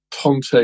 Ponte